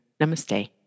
Namaste